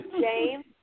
James